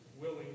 willing